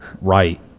Right